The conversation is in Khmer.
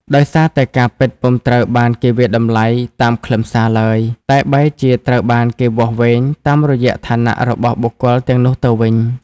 ដោយសារតែការពិតពុំត្រូវបានគេវាយតម្លៃតាមខ្លឹមសារឡើយ តែបែរជាត្រូវបានគេវាស់វែងតាមរយៈឋានៈរបស់បុគ្គលទាំងនោះទៅវិញ។